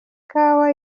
kawa